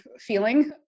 feeling